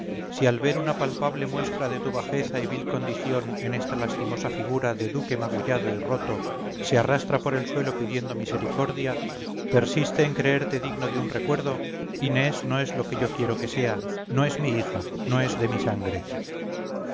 si al ver una palpable muestra de tu bajeza y vil condición en esta lastimosa figura de duque magullado y roto se arrastra por el suelo pidiendo misericordia persiste en creerte digno de un recuerdo inés no es lo que yo quiero que sea no es mi hija no es de mi sangre